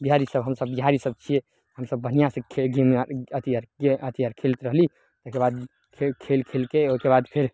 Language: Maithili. बिहारी सभ हमसभ बिहारी सभ छियै हमसभ बढ़िआँसँ खेल अथि आर गे अथि आर खेलैत रहली ओइके बाद फेर खेल खेलके ओइके बाद फेर